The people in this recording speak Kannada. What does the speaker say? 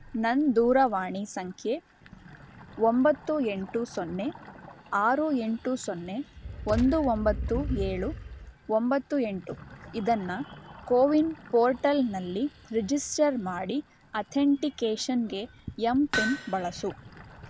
ನನ್ನ ದೂರವಾಣಿ ಸಂಖ್ಯೆ ಒಂಬತ್ತು ಎಂಟು ಸೊನ್ನೆ ಆರು ಎಂಟು ಸೊನ್ನೆ ಒಂದು ಒಂಬತ್ತು ಏಳು ಒಂಬತ್ತು ಎಂಟು ಇದನ್ನು ಕೋವಿನ್ ಪೋರ್ಟಲ್ನಲ್ಲಿ ರಿಜಿಸ್ಟರ್ ಮಾಡಿ ಅಥೆಂಟಿಕೇಷನ್ಗೆ ಎಂ ಪಿನ್ ಬಳಸು